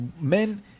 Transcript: men